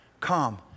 come